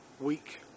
week